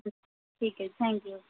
ਠੀਕ ਹੈ thank you